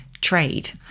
trade